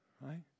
right